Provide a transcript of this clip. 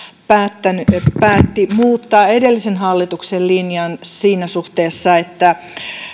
päätti muuttaa edellisen hallituksen linjan siinä suhteessa että